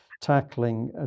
tackling